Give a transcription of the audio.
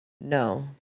No